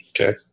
Okay